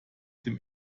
dem